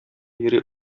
йөри